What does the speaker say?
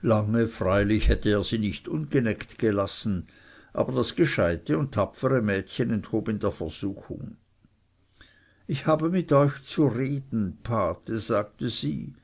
lange freilich hätte er sie nicht ungeneckt gelassen aber das gescheite und tapfere mädchen enthob ihn der versuchung ich habe mit euch zu reden pate sagte sie